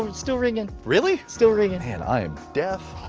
um still ringing. really? still ringing. man, i am deaf.